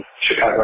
Chicago